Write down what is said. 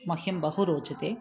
मह्यं बहु रोचते